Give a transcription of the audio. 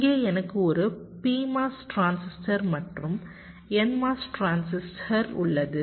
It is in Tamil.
இங்கே எனக்கு ஒரு PMOS டிரான்சிஸ்டர் மற்றும் NMOS டிரான்சிஸ்டர் உள்ளது